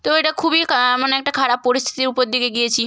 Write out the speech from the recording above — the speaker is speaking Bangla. তো এটা খুবই কা মানে একটা খারাপ পরিস্থিতির উপর দিকে গিয়েছি